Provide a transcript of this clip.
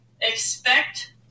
expect